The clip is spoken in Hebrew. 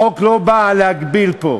החוק לא בא להגביל פה.